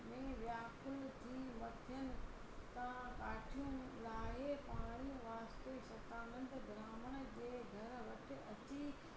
में व्याकुल थी मथियन तव्हां काठियूं लाहे पाणी वास्ते शतानंद ब्राहमण जे घर वटि अची